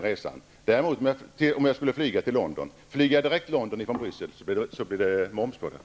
Om man däremot flyger direkt till London från Bryssel blir resan momsbelagd.